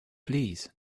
please